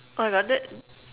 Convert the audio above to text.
Oh my god that